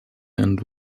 and